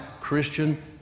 Christian